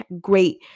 great